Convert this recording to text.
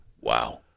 Wow